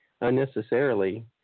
unnecessarily